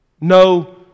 No